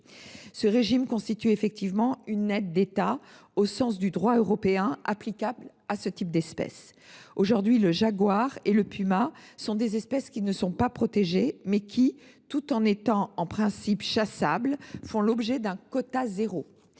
Ce régime constitue effectivement une aide d’État au sens du droit européen. Aujourd’hui, le jaguar et le puma sont des espèces qui ne sont pas protégées, mais qui, tout en étant en principe chassables, font l’objet d’un quota zéro.